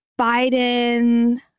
Biden